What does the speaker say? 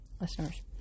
listeners